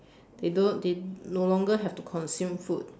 they don't they no longer have to consume food